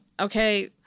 okay